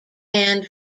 band